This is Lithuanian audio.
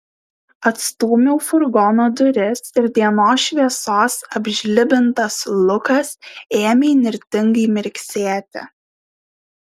atstūmiau furgono duris ir dienos šviesos apžlibintas lukas ėmė įnirtingai mirksėti